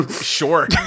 Sure